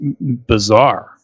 bizarre